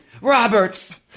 Roberts